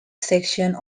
sections